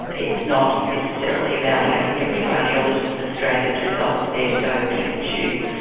it's not necessarily about having every cardiologist in australia's results there to go pick and choose.